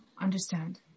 understand